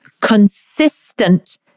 consistent